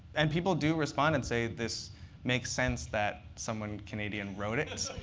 and people do respond and say this makes sense that someone canadian wrote it.